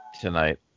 tonight